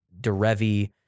Derevi